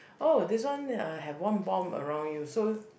oh this one I have one bomb around you so